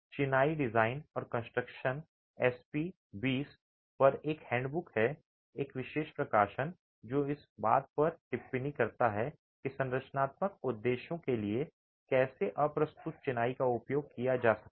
चिनाई डिजाइन और construction SP 20 पर एक हैंडबुक है एक विशेष प्रकाशन जो इस बात पर टिप्पणी करता है कि संरचनात्मक उद्देश्यों के लिए कैसे अप्रस्तुत चिनाई का उपयोग किया जा सकता है